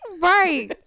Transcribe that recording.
right